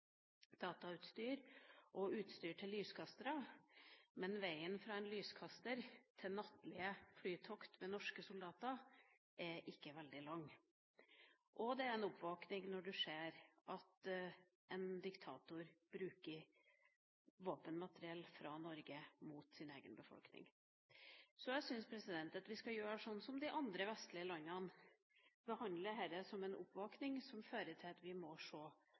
datautstyr og utstyr til lyskastere, men veien fra en lyskaster til nattlige flytokt med norske soldater er ikke veldig lang. Det er en oppvåkning når man ser at en diktator bruker våpenmateriell fra Norge mot sin egen befolkning. Så jeg syns at vi skal gjøre sånn som de andre vestlige landene har gjort, nemlig behandle dette som en oppvåkning som fører til at vi må